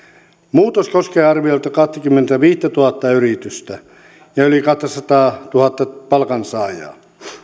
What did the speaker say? muutos koskee arviolta kahtakymmentäviittätuhatta yritystä ja yli kahtasataatuhatta palkansaajaa